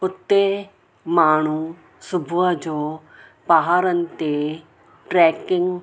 उते माण्हू सुबूह जो पहाड़नि ते ट्रैकिंग